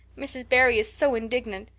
mrs. barry is so indignant.